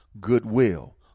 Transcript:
goodwill